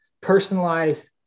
personalized